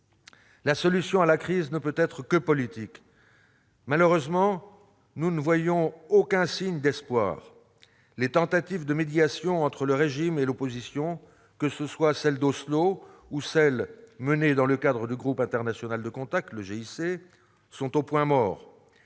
La solution à la crise ne peut qu'être politique. Malheureusement, nous ne voyons aucun signe d'espoir. Les tentatives de médiation entre le régime et l'opposition, que ce soit celle d'Oslo ou celle menée dans le cadre du groupe international de contact, le GIC, sont au point mort.